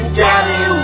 daddy